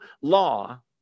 law